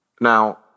Now